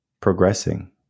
progressing